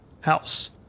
house